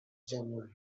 january